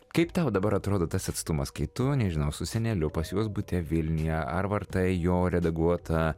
kaip tau dabar atrodo tas atstumas kai tu nežinau su seneliu pas juos bute vilniuje ar vartai jo redaguotą